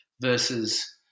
versus